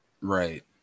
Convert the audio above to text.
Right